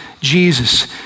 Jesus